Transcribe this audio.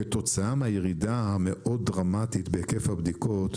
כתוצאה מהירידה המאוד דרמטית בהיקף הבדיקות,